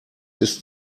ist